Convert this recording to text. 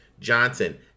Johnson